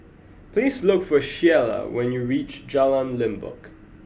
please look for Shiela when you reach Jalan Limbok